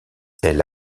elle